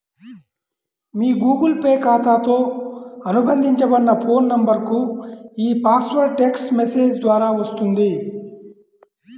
మీ Google Pay ఖాతాతో అనుబంధించబడిన phone నంబర్కు ఈ పాస్వర్డ్ టెక్ట్స్ మెసేజ్ ద్వారా వస్తుంది